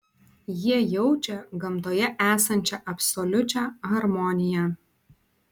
jie jaučia gamtoje esančią absoliučią harmoniją